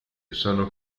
sono